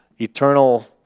Eternal